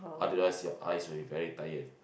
otherwise your eyes will be very tired